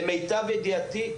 למיטב ידיעתי,